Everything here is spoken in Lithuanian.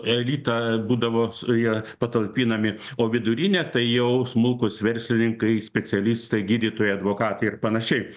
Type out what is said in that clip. elitą būdavo jie patalpinami o vidurinė tai jau smulkūs verslininkai specialistai gydytojai advokatai ir panašiai